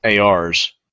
ARs